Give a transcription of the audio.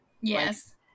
yes